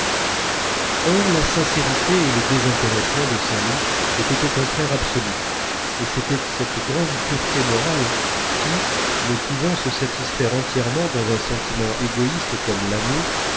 or la sincérité et le désintéressement de saint loup étaient au contraire absolus et c'était cette grande pureté morale qui ne pouvant se satisfaire entièrement dans un sentiment égoïste comme l'amour